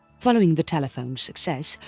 following the telephone's success,